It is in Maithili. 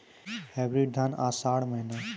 हाइब्रिड धान आषाढ़ महीना?